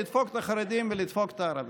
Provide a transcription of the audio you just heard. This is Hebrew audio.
לדפוק את החרדים ולדפוק את הערבים.